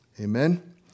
Amen